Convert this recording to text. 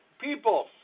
People